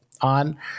on